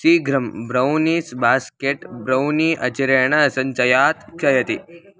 शीघ्रं brownies basket brownie अचिरेण सञ्चयात् क्षयति